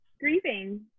grieving